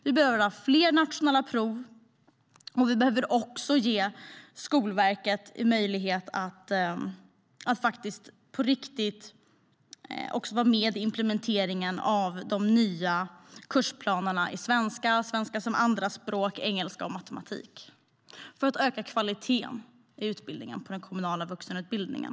Vi behöver ha fler nationella prov, och vi behöver också ge Skolverket en möjlighet att på riktigt vara med i implementeringen av de nya kursplanerna i svenska, svenska som andrapråk, engelska och matematik för att öka kvaliteten i utbildningen i den kommunala vuxenutbildningen.